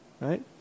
right